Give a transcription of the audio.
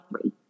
three